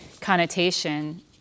connotation